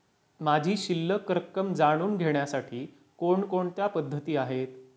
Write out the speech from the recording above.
माझी शिल्लक रक्कम जाणून घेण्यासाठी कोणकोणत्या पद्धती आहेत?